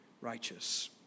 righteous